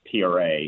PRA